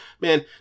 man